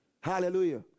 Hallelujah